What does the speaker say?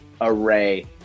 array